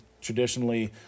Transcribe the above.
traditionally